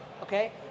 okay